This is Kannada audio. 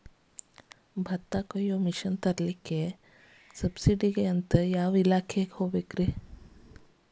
ಭತ್ತ ಕೊಯ್ಯ ಮಿಷನ್ ತರಾಕ ಸಬ್ಸಿಡಿಗೆ ಯಾವ ಇಲಾಖೆ ಕಾಣಬೇಕ್ರೇ?